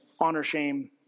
honor-shame